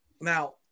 now –